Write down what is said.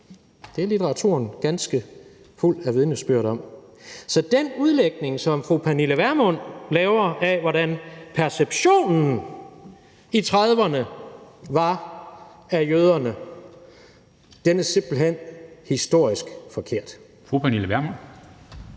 Det er litteraturen ganske fuld af vidnesbyrd om. Så den udlægning, som fru Pernille Vermund laver, af, hvordan perceptionen i 1930'erne var af jøderne, er simpelt hen historisk forkert. Kl. 14:50 Formanden